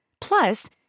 Plus